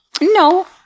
No